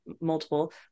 multiple